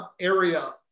area